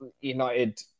United